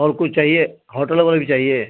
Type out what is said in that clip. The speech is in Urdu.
اور کچھ چاہیے ہوٹل والے بھی چاہیے